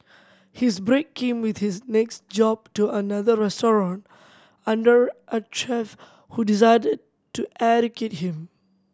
his break came with his next job to another restaurant under a chef who decided to educate him